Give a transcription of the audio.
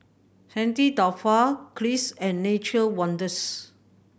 Saint Dalfour Kiehl's and Nature Wonders